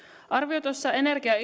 arvioitaessa energia ja